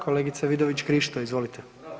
Kolegice Vidović Krišto, izvolite.